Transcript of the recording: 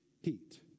heat